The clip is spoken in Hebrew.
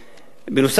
נוסף על כך,